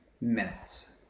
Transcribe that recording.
minutes